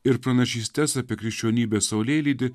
ir pranašystes apie krikščionybės saulėlydį